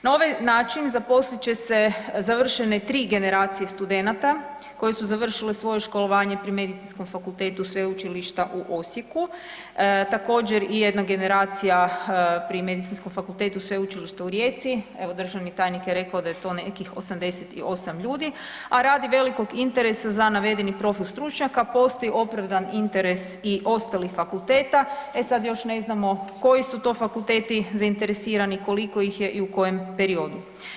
Na ovaj način zaposlit će se završene 3 generacije studenata koji su završili svoje školovanje pri Medicinskom fakultetu Sveučilišta u Osijeku, također i 1 generacija pri Medicinskom fakultetu Sveučilišta u Rijeci, evo državni tajnik je rekao da je to nekih 88 ljudi, a radi velikog interesa za navedeni profil stručnjaka postoji opravdani interes i ostalih fakulteta, e sad još ne znamo koji su to fakulteti zainteresirani, koliko ih je i u koje periodu.